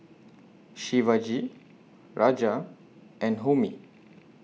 Shivaji Raja and Homi